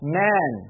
man